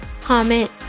comment